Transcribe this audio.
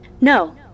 No